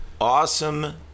Awesome